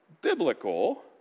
biblical